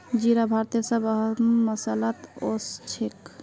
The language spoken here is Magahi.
जीरा भारतेर सब स अहम मसालात ओसछेख